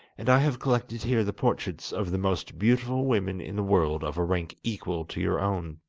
and i have collected here the portraits of the most beautiful women in the world of a rank equal to your own.